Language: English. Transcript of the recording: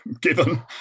given